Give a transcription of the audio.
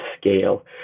scale